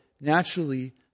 naturally